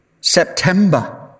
September